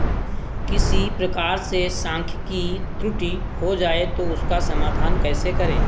किसी प्रकार से सांख्यिकी त्रुटि हो जाए तो उसका समाधान कैसे करें?